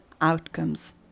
outcomes